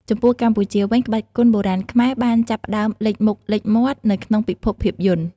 ចំពោះកម្ពុជាវិញ ក្បាច់គុនបុរាណខ្មែរបានចាប់ផ្ដើមលេចមុខលេចមាត់នៅក្នុងពិភពភាពយន្ត។